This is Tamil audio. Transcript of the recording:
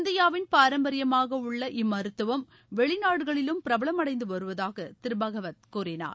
இந்தியாவின் பாரம்பரியமாக உள்ள இம்மருத்துவம் வெளிநாடுகளிலும் பிரபலமடைந்து வருவதாக திரு பகவத் கூறினார்